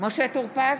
משה טור פז,